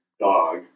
Dog